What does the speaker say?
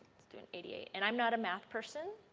let's do an eighty eight, and i am not a math person.